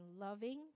loving